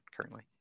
currently